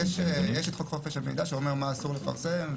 יש את חוק חופש המידע שאומר מה אסור לפרסם,